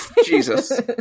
Jesus